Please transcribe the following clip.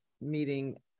meeting